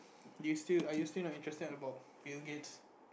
do you still are you still not interested about Bill-Gates